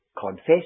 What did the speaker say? confess